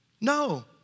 No